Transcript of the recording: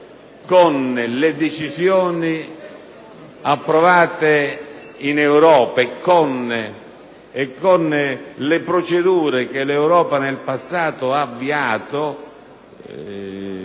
con le decisioni approvate in Europa e con le procedure che l'Europa nel passato ha avviato